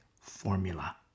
formula